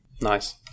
Nice